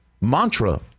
mantra